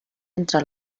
entre